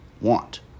want